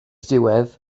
diwedd